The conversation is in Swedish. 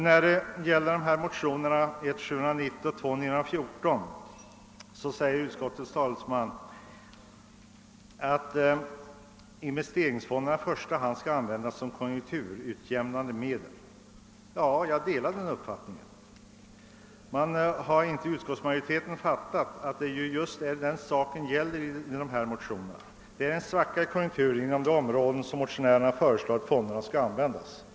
När det gäller motionerna 1: 790 och II: 914 säger bevillningsutskottets talesman, att investeringsfonderna i första hand skall användas som konjunkturutjämnande medel. Jag delar den uppfattningen. Men har inte utskottsmajoriteten fattat att det är just vad motionärerna avser. Det är en svacka i konjunkturen inom de områden, där motionärerna föreslagit att fonderna skall få användas.